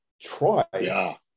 try